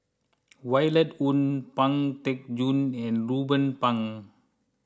Violet Oon Pang Teck Joon and Ruben Pang